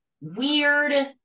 weird